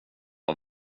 och